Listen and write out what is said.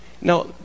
Now